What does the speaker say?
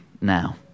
now